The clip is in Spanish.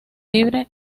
libre